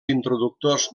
introductors